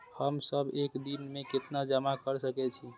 हम सब एक दिन में केतना जमा कर सके छी?